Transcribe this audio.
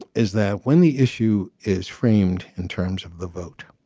is that when the issue is framed in terms of the vote